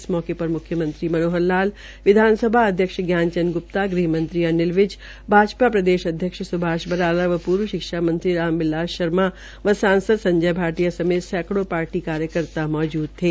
इस मौके पर मुख्यमंत्री मनोहर लाल विधानसभा अध्यक्ष ज्ञान चंद ग्र्प्ता गृहमंत्री अनिल विज भाजपा प्रदेश अध्यक्ष सुभाष बराला व पूर्व शिक्षा मंत्री रामबिलास शर्मा व सांसद संजय भाटिया समेत सैकड़ो पार्टी कार्यकर्ता मौजूद थे